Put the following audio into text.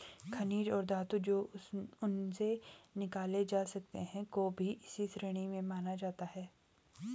खनिज और धातु जो उनसे निकाले जा सकते हैं को भी इसी श्रेणी में माना जाता है